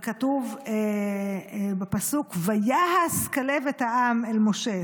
וכתוב בפסוק: "ויהס כלב את העם אל משה".